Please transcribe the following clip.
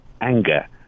anger